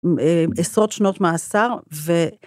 עשרות שנות מאסר ו...